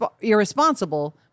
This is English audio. irresponsible